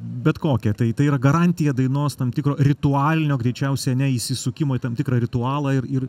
bet kokią tai tai yra garantija dainos tam tikro ritualinio greičiausia ane įsisukimo į tam tikrą ritualą ir ir